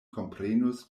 komprenus